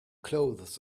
clothes